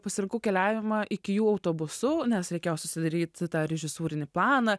pasirinkau keliavimą iki jų autobusu nes reikėjo susidaryt tą režisūrinį planą